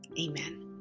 amen